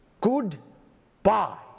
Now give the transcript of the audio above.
Good-bye